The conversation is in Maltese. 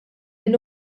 min